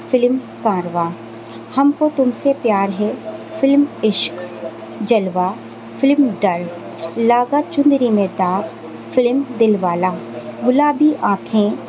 film Caravan ہم کو تم سے پیار ہے فلم عشق جلوہ فلم ڈر لاگا چنری میں داغ فلم دل والا گلابی آنکھیں